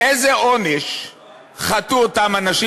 במה חטאו אותם אנשים?